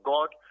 God